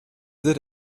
that